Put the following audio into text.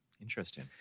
Interesting